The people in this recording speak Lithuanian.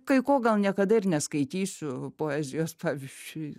kai ko gal niekada ir neskaitysiu poezijos pavyzdžiui